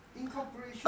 incorporation